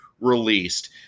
released